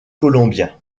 colombien